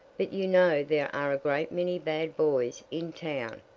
but you know there are a great many bad boys in town.